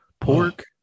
pork